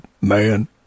Man